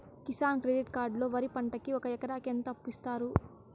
Kisan credit card లో వరి పంటకి ఒక ఎకరాకి ఎంత అప్పు ఇస్తారు?